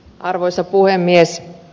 arvoisa puhemies